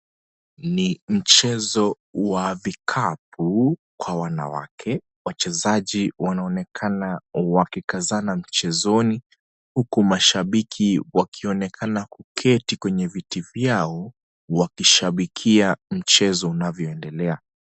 Ni mchezo wa vikapu kwa wanawake. Wachezaji wanaonekana wakikazana mchezoni huku mashabiki wakionekana kuketi kwenye viti vyao wakishabikia mchezo unavyoendelea.